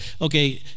okay